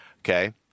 Okay